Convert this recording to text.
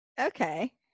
Okay